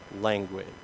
language